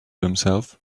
himself